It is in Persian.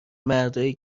مردایی